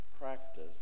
practice